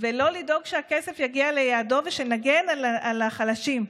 ולא לדאוג שהכסף יגיע ליעדו ושנגן על החלשים?